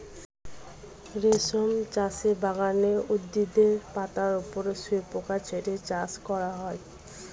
রেশম চাষের বাগানে উদ্ভিদের পাতার ওপর শুয়োপোকা ছেড়ে চাষ করা হয়